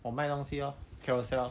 我卖东西 lor carousel